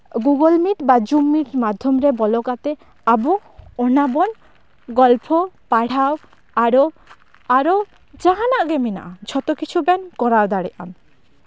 Google Meet ᱵᱟ Zoom Meet ᱢᱟᱫᱽᱫᱷᱚᱢ ᱨᱮ ᱵᱚᱞᱚ ᱠᱟᱛᱮᱫ ᱟᱵᱚ ᱚᱱᱟᱵᱚᱱ ᱜᱚᱞᱯᱷᱚ ᱯᱟᱲᱦᱟᱣ ᱟᱨᱚ ᱟᱨᱚ ᱡᱟᱦᱟᱱᱟᱜ ᱜᱮ ᱢᱮᱱᱟᱜᱼᱟ ᱡᱷᱚᱛᱚ ᱠᱤᱪᱷᱩ ᱵᱚᱱ ᱠᱚᱨᱟᱣ ᱫᱟᱲᱮᱭᱟᱜᱼᱟ